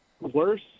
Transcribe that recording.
worse